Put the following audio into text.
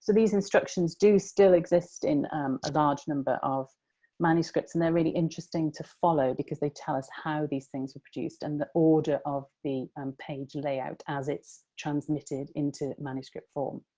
these instructions do still exist in a large number of manuscripts, and they're really interesting to follow because they tell us how these things were produced and the order of the um page layout as it's transmitted into manuscript form.